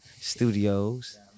Studios